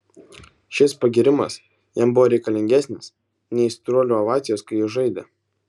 šis pagyrimas jam buvo reikalingesnis nei aistruolių ovacijos kai jis žaidė